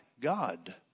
God